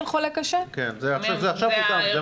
כן, עכשיו מותאם, זה מה שאמרתי.